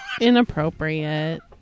Inappropriate